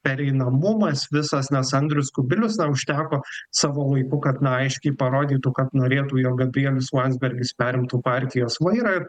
pereinamumas visas nes andrius kubilius na užteko savo laiku kad na aiškiai parodytų kad norėtų jog gabrielius landsbergis perimtų partijos vairą ir